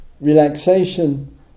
relaxation